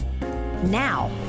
Now